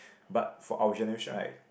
but for our generation right